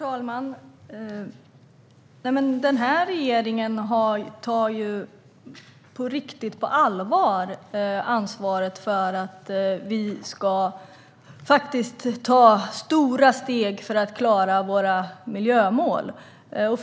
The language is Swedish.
Herr talman! Regeringen tar på allvar ansvaret för att ta stora steg för att klara miljömålen.